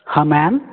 हँ मैम